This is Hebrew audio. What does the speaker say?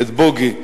את בּוֹגי,